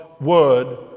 word